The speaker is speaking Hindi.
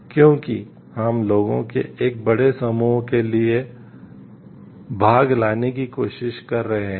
क्योंकि हम लोगों के एक बड़े समूह के लिए लाभ लाने की कोशिश कर रहे हैं